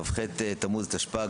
כ"ב בתמוז תשפ"ג,